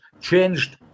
changed